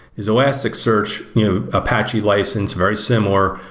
is elasticsearch you know apache license very similar,